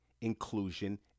inclusion